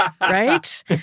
Right